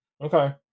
okay